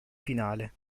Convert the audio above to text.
finale